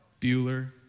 Bueller